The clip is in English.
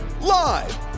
Live